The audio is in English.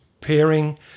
pairing